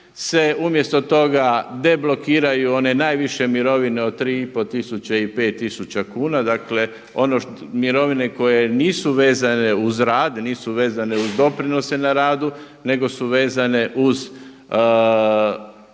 se umjesto toga deblokiraju one najviše mirovine od 3,5 tisuće i 5 tisuća kuna, dakle mirovine koje nisu vezane uz rad, nisu vezane uz doprinose na radu nego su vezane uz